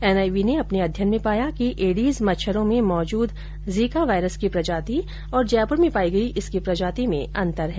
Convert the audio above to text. NIV ने अपने अध्ययन में पाया कि एडीज मच्छरों में मौजूद जीका वाइरस की प्रजाति और जयपुर में पायी गयी इसकी प्रजाति में अंतर है